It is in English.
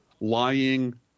lying